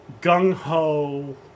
gung-ho